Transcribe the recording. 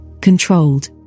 controlled